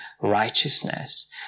righteousness